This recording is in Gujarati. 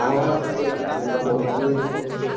હા ભૈલા મોબાઇલની દુકાન છે